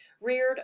reared